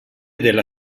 della